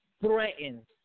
threatened